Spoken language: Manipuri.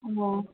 ꯑꯣ